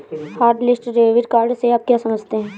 Hotlist debit card से आप क्या समझते हैं?